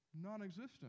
non-existent